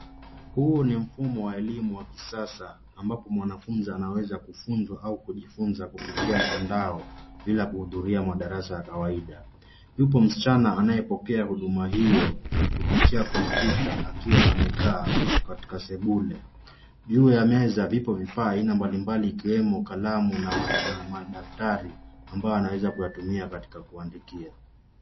Huu ni mfumo wa elimu wa kisasa ambapo mwanafunzi anaweza kufunzwa au kujifunza kupitia mtandao bila kuhudhuria madarasa ya kawaida. Yupo msichana anayepokea huduma hiyo kupitia kompyuta akiwa amekaa katika sebule. Juu ya meza vipo vifaa aina mbalimbali vikiweo kalamu na madaftari ambayo anaweza kuyatumia katika kuandikia.